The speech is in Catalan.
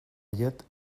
llet